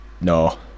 No